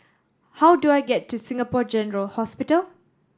how do I get to Singapore General Hospital